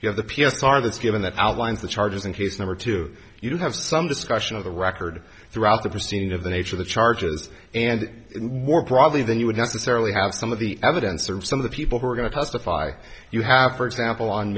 you have the p s r that's given that outlines the charges in case number two you do have some discussion of the record throughout the proceeding of the nature of the charges and more probably than you would necessarily have some of the evidence or some of the people who are going to testify you have for example on